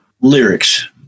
Lyrics